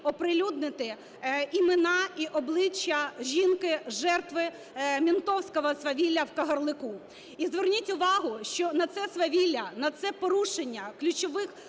оприлюднити імена і обличчя жінки - жертви "мєнтовського" свавілля в Кагарлику. І зверніть увагу, що на це свавілля, на це порушення ключових